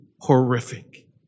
horrific